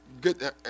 good